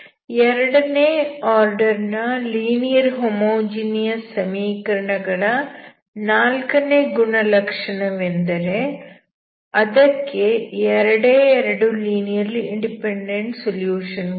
ಎರಡನೇ ಆರ್ಡರ್ ನ linear homogeneous ಸಮೀಕರಣ ಗಳ ನಾಲ್ಕನೇ ಗುಣಲಕ್ಷಣವೆಂದರೆ ಅದಕ್ಕೆ ಎರಡೇ ಎರಡು ಲೀನಿಯರ್ಲಿ ಇಂಡಿಪೆಂಡೆಂಟ್ ಸೊಲ್ಯೂಷನ್ ಗಳು ಇವೆ